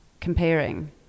comparing